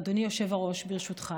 אדוני היושב-ראש,